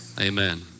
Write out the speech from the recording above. Amen